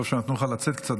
טוב שנתנו לך לצאת קצת,